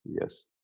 yes